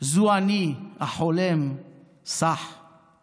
זו אני החולם שח /